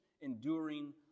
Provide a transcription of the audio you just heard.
enduring